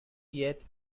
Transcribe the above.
yet